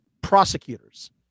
prosecutors